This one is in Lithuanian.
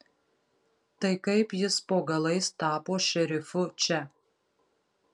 tai kaip jis po galais tapo šerifu čia